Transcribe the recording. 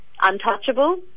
untouchable